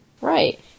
Right